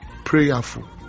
prayerful